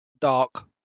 dark